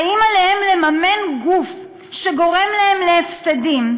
האם עליהם לממן גוף שגורם להם להפסדים?